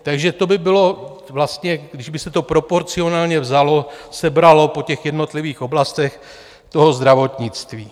Takže to by bylo vlastně, kdyby se to proporcionálně vzalo, sebralo po jednotlivých oblastech toho zdravotnictví.